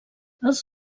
els